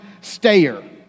stayer